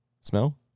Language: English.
smell